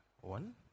one